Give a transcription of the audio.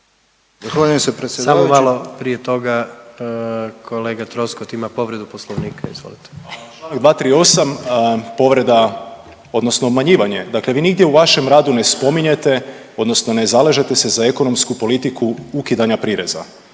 Gordan (HDZ)** Samo malo, prije toga kolega Troskot ima povredu poslovnika, izvolite. **Troskot, Zvonimir (MOST)** 238. povreda odnosno obmanjivanje, dakle vi nigdje u vašem radu ne spominjete odnosno ne zalažete se za ekonomsku politiku ukidanja prireza.